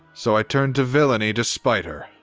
so i turned to villainy to spite her.